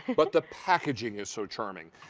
but the packaging is so charming.